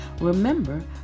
Remember